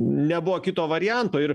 nebuvo kito varianto ir